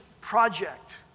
project